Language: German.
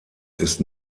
ist